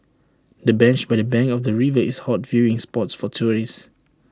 the bench by the bank of the river is A hot viewing spots for tourists